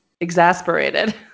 exasperated